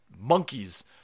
monkeys